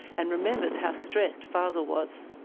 and remembers how stressed fazel was.